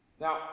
Now